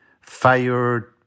fired